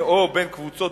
או בין קבוצות